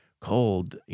Cold